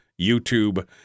YouTube